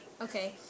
Okay